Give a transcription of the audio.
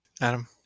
Adam